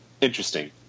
interesting